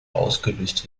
ausgelöst